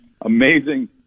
amazing